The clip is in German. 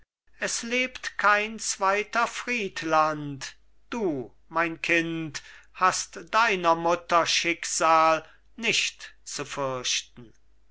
es lebt kein zweiter friedland du mein kind hast deiner mutter schicksal nicht zu fürchten